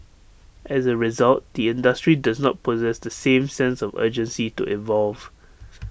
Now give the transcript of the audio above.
as A result the industry does not possess the same sense of urgency to evolve